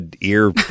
ear